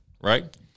right